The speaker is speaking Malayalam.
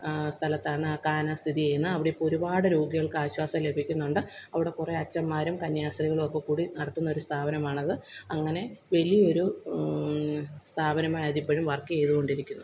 സ്ഥലത്താണ് ആ കാന സ്ഥിതി ചെയ്യുന്നത് അവിടിപ്പോള് ഒരുപാട് രോഗികള്ക്ക് ആശ്വാസം ലെഭിക്കുന്നുണ്ട് അവിടെ കൊറേ അച്ചന്മാരും കന്യാസ്ത്രീകളും ഒക്കെക്കൂടി നടത്തുന്ന ഒരു സ്ഥാപനമാണത് അങ്ങനെ വലിയൊരു സ്ഥാപനമായത് ഇപ്പോഴും വര്ക്ക് ചെയ്തോണ്ടിരിക്കുന്നു